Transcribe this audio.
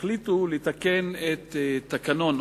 החליטו לתקן את התקנון,